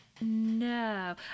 No